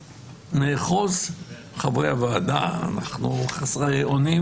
נאחוז, חברי הוועדה אנחנו חסרי אונים